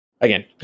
again